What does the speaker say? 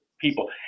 people